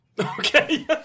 Okay